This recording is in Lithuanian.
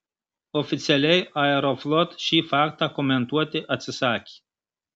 oficialiai aeroflot šį faktą komentuoti atsisakė